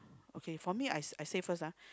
okay for me I I say first ah